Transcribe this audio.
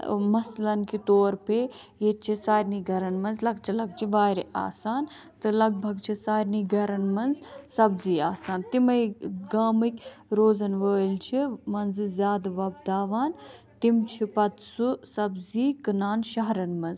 مثلاً کے طور پے ییٚتہِ چھِ سارنٕے گَھرَن منٛز لَکچہِ لَکچہِ وارِ آسان تہٕ لَگ بھَگ چھِ سارنٕے گَھرَن منٛز سبزی آسان تِمَے گامٕکۍ روزَن وٲلۍ چھِ منٛزٕ زیادٕ وۄبداوان تِم چھِ پَتہٕ سُہ سبزی کٕنان شَہرَن منٛز